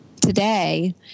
today